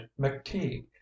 mcteague